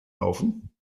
laufen